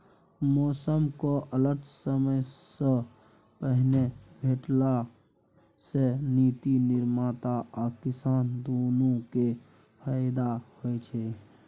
मौसमक अलर्ट समयसँ पहिने भेटला सँ नीति निर्माता आ किसान दुनु केँ फाएदा होइ छै